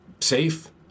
safe